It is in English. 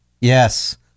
Yes